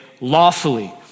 lawfully